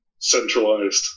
Centralized